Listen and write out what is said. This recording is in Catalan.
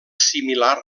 similar